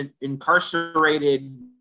incarcerated